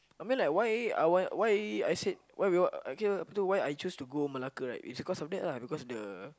I mean like why I want why I said why we want uh here apa itu why I choose to go Malacca right is because of that lah because the